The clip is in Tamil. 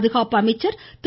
பாதுகாப்பு அமைச்சர் திரு